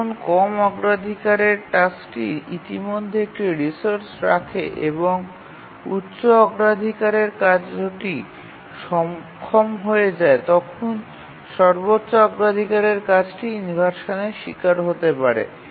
যখন কম অগ্রাধিকারের টাস্কটি ইতিমধ্যে একটি রিসোর্স রাখে এবং উচ্চ অগ্রাধিকারের কার্যটি সক্ষম হয়ে যায় তখন সর্বোচ্চ অগ্রাধিকারের কাজটি ইনভারসানের শিকার হতে পারে